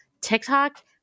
TikTok